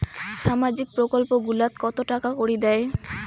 সামাজিক প্রকল্প গুলাট কত টাকা করি দেয়?